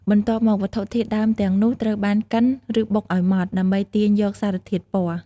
បន្ទាប់មក វត្ថុធាតុដើមទាំងនោះត្រូវបានកិន ឬបុកឱ្យម៉ដ្ឋដើម្បីទាញយកសារធាតុពណ៌។